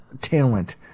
talent